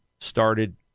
started